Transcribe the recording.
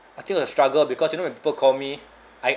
I think it was a struggle because you know when people call me I